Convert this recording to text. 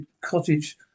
cottage